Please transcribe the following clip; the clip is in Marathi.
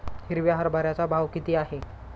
हिरव्या हरभऱ्याचा भाव किती आहे?